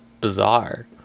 bizarre